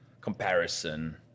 comparison